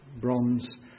bronze